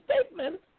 statement